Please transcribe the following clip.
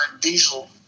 diesel